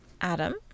Adam